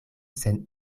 sen